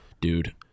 dude